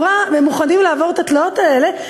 שהיה כל כך נורא שהם מוכנים לעבור את התלאות האלה,